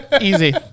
easy